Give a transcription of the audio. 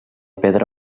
pedra